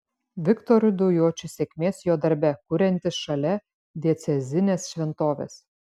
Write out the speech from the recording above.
viktorui daujočiui sėkmės jo darbe kuriantis šalia diecezinės šventovės